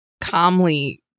calmly